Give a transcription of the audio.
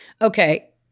Okay